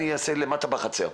אעשה למטה בחצר'.